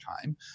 time